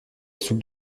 soupe